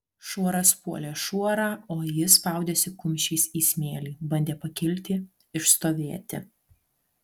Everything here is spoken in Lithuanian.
šuoras puolė šuorą o jis spaudėsi kumščiais į smėlį bandė pakilti išstovėti